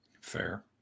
fair